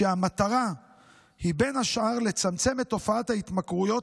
והמטרה היא בין השאר לצמצם את תופעת ההתמכרויות